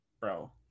bro